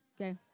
okay